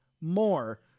more